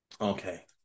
Okay